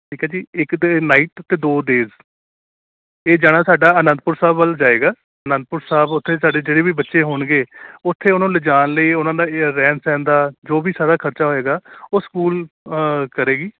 ਠੀਕ ਆ ਜੀ ਇੱਕ ਤਾਂ ਨਾਈਟ ਅਤੇ ਦੋ ਡੇਜ਼ ਇਹ ਜਾਣਾ ਸਾਡਾ ਅਨੰਦਪੁਰ ਸਾਹਿਬ ਵੱਲ ਜਾਏਗਾ ਅਨੰਦਪੁਰ ਸਾਹਿਬ ਉੱਥੇ ਸਾਡੇ ਜਿਹੜੇ ਵੀ ਬੱਚੇ ਹੋਣਗੇ ਉੱਥੇ ਉਹਨਾਂ ਨੂੰ ਲਿਜਾਣ ਲਈ ਉਹਨਾਂ ਦਾ ਰਹਿਣ ਸਹਿਣ ਦਾ ਜੋ ਵੀ ਸਾਰਾ ਖਰਚਾ ਹੋਏਗਾ ਉਹ ਸਕੂਲ ਕਰੇਗੀ